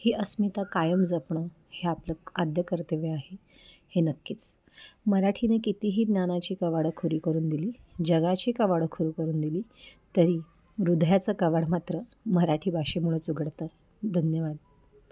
ही अस्मिता कायम जपणं हे आपलं आद्य कर्तव्य आहे हे नक्कीच मराठीने कितीही ज्ञानाची कवाडं खुली करून दिली जगाची कवाडं खुली करून दिली तरी ह्रदयाचं कवाडं मात्र मराठी भाषेमुळेच उघडतं धन्यवाद